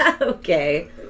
Okay